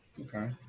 Okay